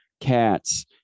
cats